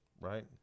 Right